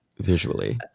visually